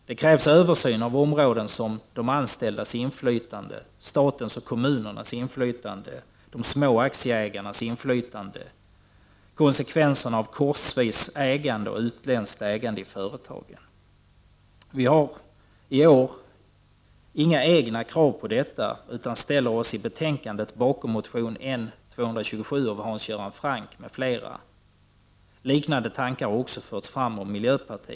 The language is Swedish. Det krävs en översyn av de anställdas inflytande, statens och kommunernas inflytande, de små aktieägarnas inflytande och konsekvenserna av korsvis ägande och utländskt ägande i företag. Vi från vpk har i år inga egna krav på detta utan ställer oss i betänkandet bakom motion N227 av Hans Göran Franck m.fl. Liknande tankar har också förts fram av miljöpartiet.